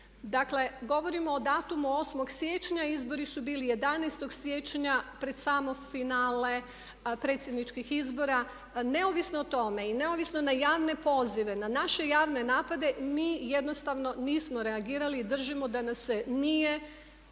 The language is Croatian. Dakle govorimo o datumu 8.siječnja, izbori su bili 11.siječnja pred samo finale predsjedničkih izbora neovisno o tome i neovisno na javne pozive, na naše javne napade mi jednostavno nismo reagirali i držimo da nas se nije